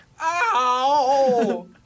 Ow